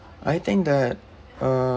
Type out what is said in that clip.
I think that uh